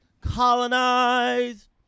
Colonize